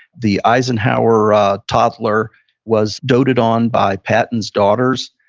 the eisenhower toddler was dotted on by patton's daughters.